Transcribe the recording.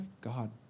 God